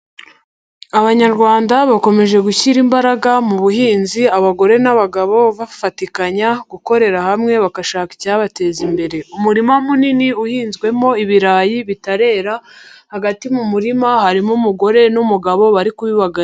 Abanyarwanda bakomeje gushyira imbaraga mu buhinzi, abagore n'abagabo bafatikanya gukorera hamwe bakashaka icyabateza imbere. Umurima munini uhinzwemo ibirayi bitarera, hagati mu murima harimo umugore n'umugabo bari kubibagara.